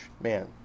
man